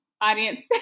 audience